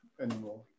anymore